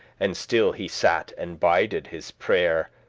and still he sat and bidded his prayere,